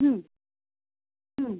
হুম হুম